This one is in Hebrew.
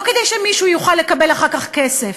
לא כדי שמישהו יוכל לקבל אחר כך כסף,